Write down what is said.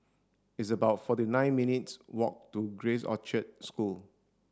it's about forty nine minutes' walk to Grace Orchard School